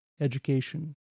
education